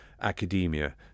Academia